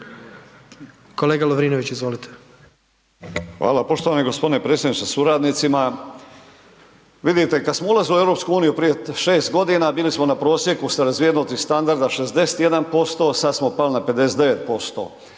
Ivan (Promijenimo Hrvatsku)** Hvala. Poštovani g. predsjedniče sa suradnicima, vidite, kad smo ulazili u EU prije 6 g., bili smo na prosjeku sa razvijenosti standarda 61%, sad smo pali na 59%.